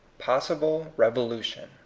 possible bbvolution.